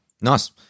nice